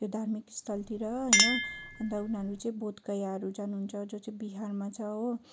र धार्मिक स्थलतिर होइन अन्त उनीहरू चाहिँ बौद्धगयाहरू जानुहुन्छ जो चाहिँ बिहारमा छ हो